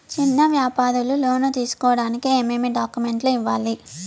చిన్న వ్యాపారులు లోను తీసుకోడానికి ఏమేమి డాక్యుమెంట్లు ఇవ్వాలి?